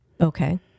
Okay